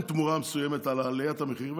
תמורה מסוימת על עליית המחירים,